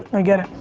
i get it.